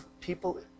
people